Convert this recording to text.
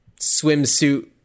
swimsuit